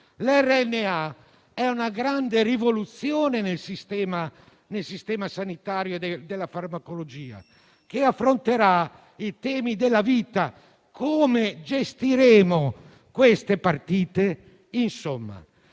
(RNA) è una grande rivoluzione nel sistema sanitario della farmacologia, che affronterà i temi della vita. Come gestiremo queste partite? Insomma,